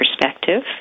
perspective